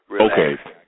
Okay